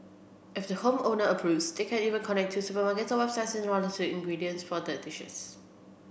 if the home owner approves they can even connect to supermarkets or websites to order the ingredients for the dishes